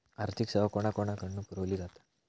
आर्थिक सेवा कोणाकडन पुरविली जाता?